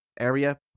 area